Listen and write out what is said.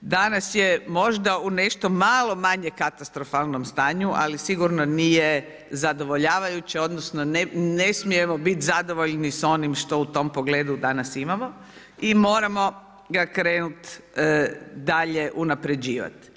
danas je možda u nešto malo manje katastrofalnom stanju, ali sigurno nije zadovoljavajuće odnosno ne smijemo biti zadovoljni s onim što u tom pogledu danas imamo i moramo ga krenuti dalje unapređivat.